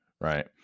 right